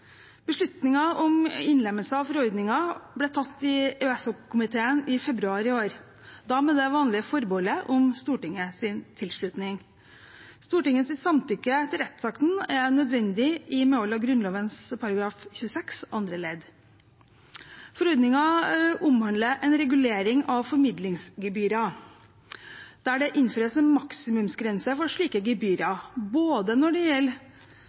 om innlemmelse av forordningen ble tatt i EØS-komiteen i februar i år, da med det vanlige forbeholdet om Stortingets tilslutning. Stortingets samtykke til rettsakten er nødvendig, i medhold av Grunnloven § 26 andre ledd. Forordningen omhandler en regulering av formidlingsgebyrer, der det innføres en maksimumsgrense for slike gebyrer når det gjelder bruk av både debet- og kredittkort. Det